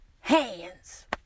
hands